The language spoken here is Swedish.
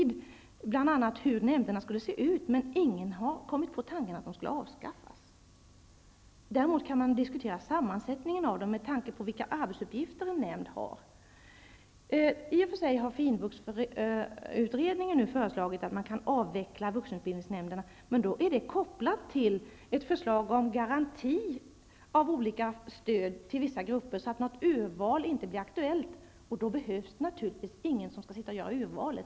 Det gäller bl.a. hur nämderna skall se ut, men ingen har kommit på tanken att de skall avskaffas. Man kan däremot diskutera sammansättningen av dem med tanke på vilka arbetsuppgifter en nämnd har. Finvuxutredningen har i och för sig föreslagit att man kan avveckla vuxenutbildningsnämnderna, men då är det kopplat till ett förslag om garanti för olika stöd till vissa grupper. Det medför att något urval inte blir aktuellt, och då behövs naturligtvis inte någon som skall sitta och göra urvalet.